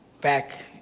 Back